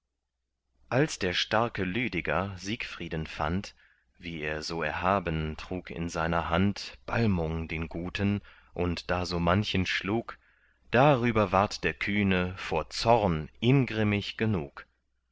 als der starke lüdeger siegfrieden fand wie er so erhaben trug in seiner hand balmung den guten und da so manchen schlug darüber ward der kühne vor zorn ingrimmig genug